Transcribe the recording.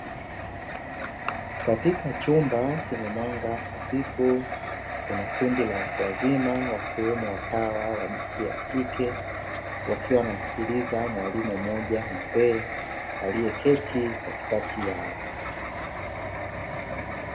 Katika chumba chenye mwanga hafifu, kuna kundi la watu wazima wakiwemo watawa wa jinsia ya kike wakiwa wanamsikiliza mwalimu mmoja mzee aliyeketi katikati yao.